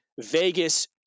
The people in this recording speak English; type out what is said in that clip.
Vegas